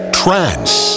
trance